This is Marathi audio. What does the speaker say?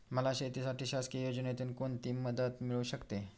मला शेतीसाठी शासकीय योजनेतून कोणतीमदत मिळू शकते?